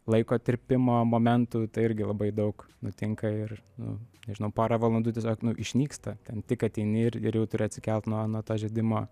laiko tirpimo momentų tai irgi labai daug nutinka ir nu nežinau pora valandų tiesiog išnyksta ten tik ateini ir ir jau turi atsikelt nuo nuo to žiedimo